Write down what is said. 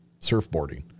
surfboarding